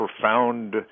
profound